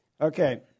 Okay